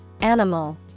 animal